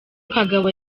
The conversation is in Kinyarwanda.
kagabo